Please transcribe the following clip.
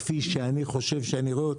כפי שאני חושב שאני רואה אותו.